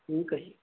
ਠੀਕ ਹੈ ਜੀ